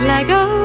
Lego